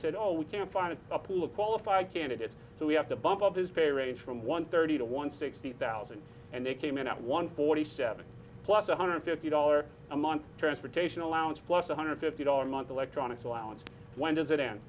said oh we can find a pool of qualified candidates so we have to bump up his pay rates from one thirty to one sixty thousand and they came in at one forty seven plus one hundred fifty dollars a month transportation allowance plus one hundred fifty dollars a month electronics allowance when does it and